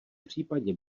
případě